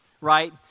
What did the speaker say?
Right